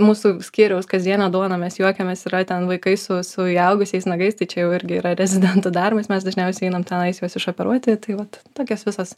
mūsų skyriaus kasdienė duona mes juokiamės yra ten vaikai su su įaugusiais nagais tai čia jau irgi yra rezidentų darbas mes dažniausiai einam tenais juos išoperuoti tai vat tokias visas